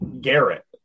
Garrett